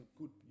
good